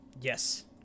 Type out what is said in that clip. Yes